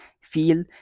feel